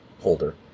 holder